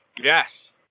yes